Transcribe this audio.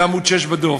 זה בעמוד 6 בדוח.